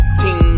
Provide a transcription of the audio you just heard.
team